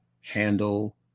handle